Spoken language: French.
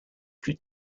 plus